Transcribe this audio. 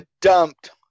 dumped